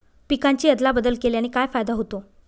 पिकांची अदला बदल केल्याने काय फायदा होतो?